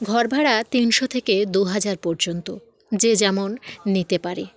ঘর ভাড়া তিনশো থেকে দুহাজার পর্যন্ত যে যেমন নিতে পারে